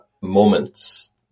moments